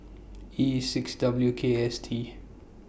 E six W K S T